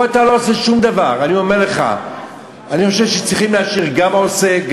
בעצמך אומר שיגיע לעבודה.